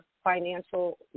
financial